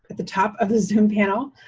but the top of the zoom panel,